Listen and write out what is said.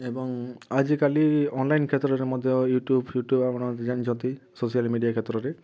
ଏବଂ ଆଜିକଲି ଅନଲାଇନ କ୍ଷେତ୍ରରେ ମଧ୍ୟ ୟୁଟ୍ଯୁବ ଫ୍ଯୁଟୁବ ଆପଣ ଜାଣିଛନ୍ତି ସୋସିଆଲ ମିଡ଼ିଆ କ୍ଷେତ୍ରରେ